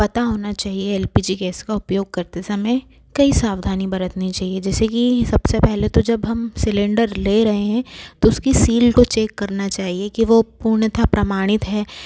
पता होना चाहिए एल पी जी गैस का उपयोग करते समय कई सावधानी बरतनी चाहिए जैसे कि सब से पहले जब हम सिलेन्डर ले रहे हैं तो उसकी सील को चेक करना चाहिए कि वो पूर्णतः प्रमाणित है